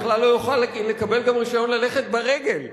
בכלל לא יוכל לקבל גם רשיון ללכת ברגל.